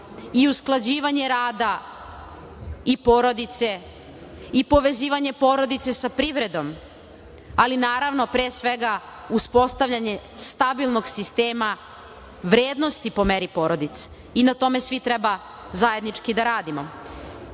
i usklađivanje rada i porodice, i povezivanje porodice sa privredom, ali naravno, pre svega, uspostavljanje stabilnog sistema vrednosti po meri porodice. Na tome svi treba zajednički da radimo. Oni